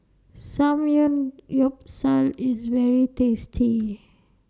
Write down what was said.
Samgeyopsal IS very tasty